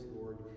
lord